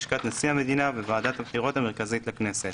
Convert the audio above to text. לשכת נשיא המדינה וועדת הבחירות המרכזית לכנסת.